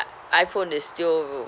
i~ iphone is still